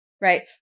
right